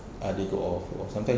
ah they go off or sometimes